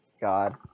God